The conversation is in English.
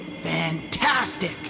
Fantastic